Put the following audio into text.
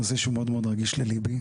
זה נושא שאני מאוד רגיש אליו.